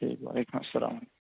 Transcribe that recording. ٹھیک ہے وعلیکم السلام